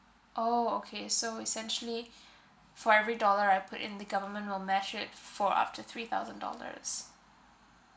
oh okay so essentially for every dollar I put in the government will match it for up to three thousand dollars